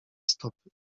stopy